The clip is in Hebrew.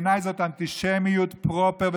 בעיניי זאת אנטישמיות פרופר.